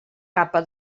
capa